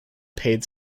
paid